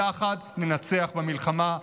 יחד ננצח במלחמה.